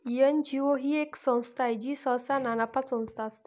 NGO ही एक संस्था आहे जी सहसा नानफा संस्था असते